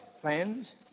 plans